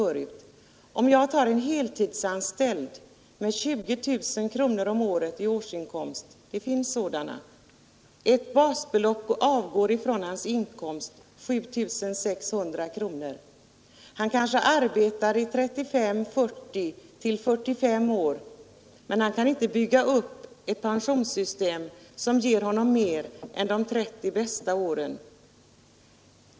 För en heltidsanställd med 20 000 kronors inkomst — det finns sådana inkomsttagare — avgår vid pensionsberäkningen ett basbelopp på 7 600 kronor. Vederbörande kanske arbetar i 35, 40 eller 45 år men kan inte bygga upp ett pensionsskydd som ger mer än vad som grundas på de 30 bästa åren.